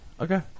Okay